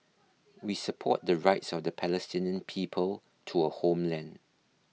we support the rights of the Palestinian people to a homeland